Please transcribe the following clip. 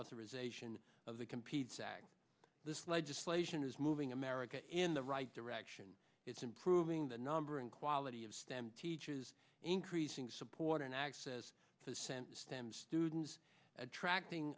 uthorization of the competes act this legislation is moving america in the right direction it's improving the number and quality of stem teachers increasing support and access to send stem students attracting